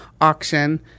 auction